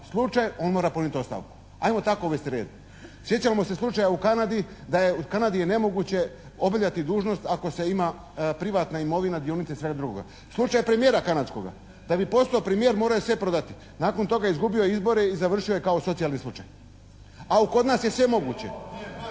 slučaj on mora podnijeti ostavku. Ajmo tako uvesti red. Sjećamo se slučaja u Kanadi da u Kanadi je nemoguće obavljati dužnost ako se ima privatna imovina, dionice i svega drugoga. Slučaj premijera kanadskoga. Da bi postao premijer morao je sve prodati. Nakon toga je izgubio izbore i završio je kao socijalni slučaj. Ali kod nas je sve moguće.